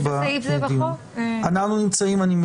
יש